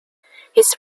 his